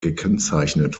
gekennzeichnet